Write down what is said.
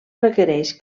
requereix